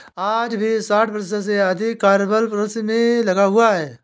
आज भी साठ प्रतिशत से अधिक कार्यबल कृषि में लगा हुआ है